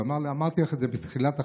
הוא אמר לה: אמרתי לך את זה בתחילת החתונה.